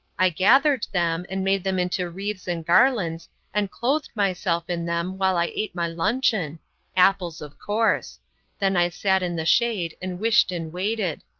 i gathered them, and made them into wreaths and garlands and clothed myself in them while i ate my luncheon apples, of course then i sat in the shade and wished and waited.